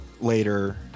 later